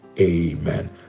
Amen